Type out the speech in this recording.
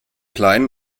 kleinen